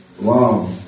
Wow